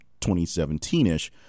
2017-ish